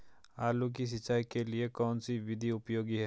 आलू की सिंचाई के लिए कौन सी विधि उपयोगी है?